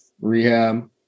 rehab